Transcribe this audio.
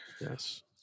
yes